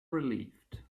relieved